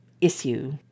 issue